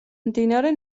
მდინარე